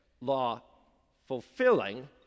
law-fulfilling